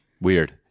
weird